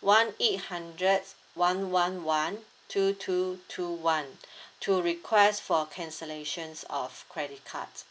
one eight hundred one one one two two two one to request for cancellations of credit cards